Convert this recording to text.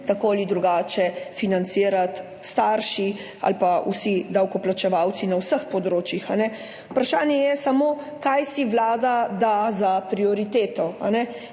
tako ali drugače financirati starši ali pa vsi davkoplačevalci na vseh področjih. Vprašanje je samo, kaj si vlada da za prioriteto.